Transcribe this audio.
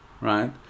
Right